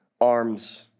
arms